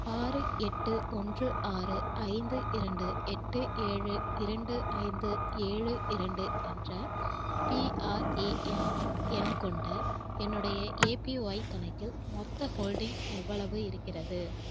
ஆறு எட்டு ஒன்று ஆறு ஐந்து இரண்டு எட்டு ஏழு இரண்டு ஐந்து ஏழு இரண்டு என்ற பிஆர்ஏஎன் எண் கொண்ட என்னுடைய ஏபிஒய் கணக்கில் மொத்த ஹோல்டிங் எவ்வளவு இருக்கிறது